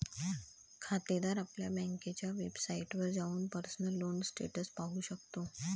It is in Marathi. खातेदार आपल्या बँकेच्या वेबसाइटवर जाऊन पर्सनल लोन स्टेटस पाहू शकतो